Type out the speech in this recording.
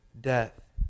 death